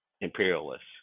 imperialists